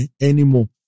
anymore